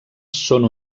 són